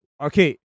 okay